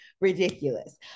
ridiculous